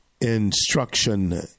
instruction